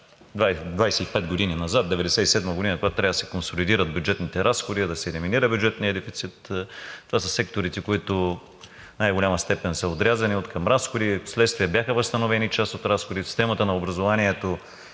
25 години назад – 1997 г., трябва да се актуализират бюджетните разходи, да се елиминира бюджетният дефицит. Това са секторите, които в най-голяма степен са отрязани откъм разходи, впоследствие бяха възстановени част от разходите. В системата на образованието